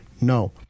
no